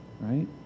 right